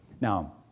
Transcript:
Now